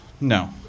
No